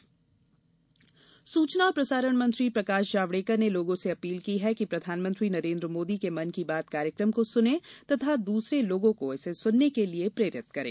वहीं सूचना और प्रसारण मंत्री प्रकाश जांवड़ेकर ने लोगों से अपील की है कि प्रधानमंत्री नरेंद्र मोदी के मन की बात कार्यक्रम को सुनें तथा दूसरे लोगों को इसे सुनने के लिए प्रेरित करें